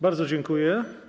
Bardzo dziękuję.